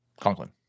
Conklin